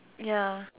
ya